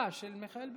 זה של מיכאל ביטון,